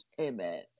Amen